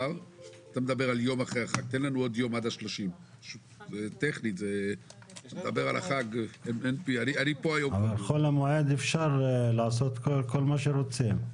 תן לנו עוד יום עד אחרי ה 30. אבל בחול המועד אפשר לעשות כל מה שרוצים.